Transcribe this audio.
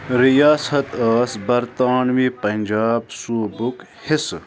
ریاست ٲس برطانوی پنٛجاب صوبُک حِصہٕ